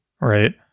right